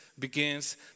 begins